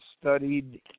studied